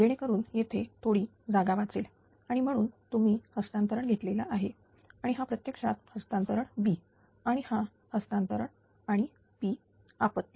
जेणेकरून येथे थोडी जागा वाचेल आणि म्हणूनच तुम्ही हस्तांतरण घेतलेला आहे आणि हा प्रत्यक्षात हस्तांतरण B आणि हा हस्तांतरण आणि p आपत्ती